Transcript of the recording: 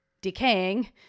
decaying